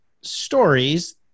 stories